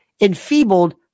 enfeebled